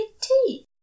tea